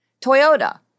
Toyota